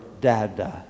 Dada